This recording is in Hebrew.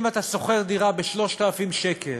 אם אתה שוכר דירה ב-3,000 שקלים,